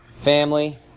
family